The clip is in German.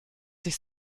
sich